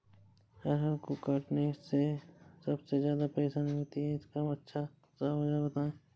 अरहर को काटने में सबसे ज्यादा परेशानी होती है इसका अच्छा सा औजार बताएं?